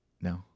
No